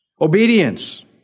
Obedience